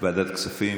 לוועדת הכספים.